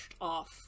off-